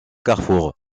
carrefour